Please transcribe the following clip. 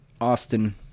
Austin